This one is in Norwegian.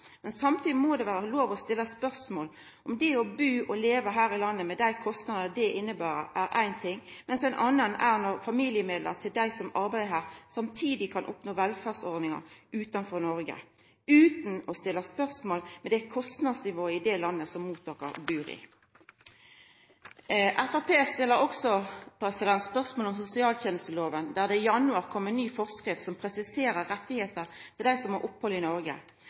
Men samtidig må det vere lov å stilla spørsmål ved at det å bu og leva her i landet, med dei kostnadene det inneber, er ein ting, mens noko anna er når familiemedlemmene til dei som arbeider her, samtidig kan oppnå velferdsordningar utanfor Noreg, utan at ein stiller spørsmål ved kostnadsnivået i det landet som mottakaren bur i. Framstegspartiet stiller også spørsmål ved sosialtenestelova. I januar kom det ei ny forskrift som presiserer rettar til dei som har opphald i Noreg,